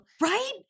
right